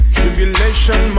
tribulation